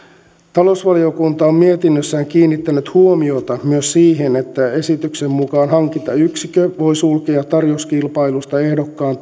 talousvaliokunta on mietinnössään kiinnittänyt huomiota myös siihen että esityksen mukaan hankintayksikkö voi sulkea tarjouskilpailusta ehdokkaan